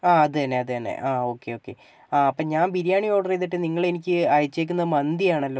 ആ അത് തന്നെ അത് തന്നെ ആ ഓക്കെ ഓക്കെ ആ അപ്പം ഞാൻ ബിരിയാണി ഓർഡറു ചെയ്തിട്ട് നിങ്ങളെനിക്ക് അയച്ചേക്കുന്നത് മന്തി ആണല്ലോ